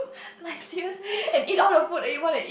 like seriously